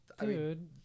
dude